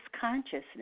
consciousness